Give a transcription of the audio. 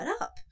up